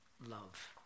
love